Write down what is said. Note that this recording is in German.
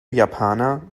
japaner